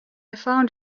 found